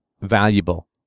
valuable